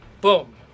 boom